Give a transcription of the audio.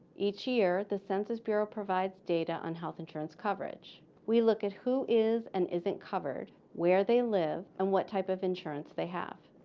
each year, the census bureau provides data on health insurance coverage. we look at who is and isn't covered, where they live, and what type of insurance they have